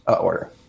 order